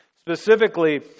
Specifically